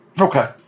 Okay